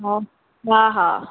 हा हा हा